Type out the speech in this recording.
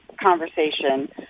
conversation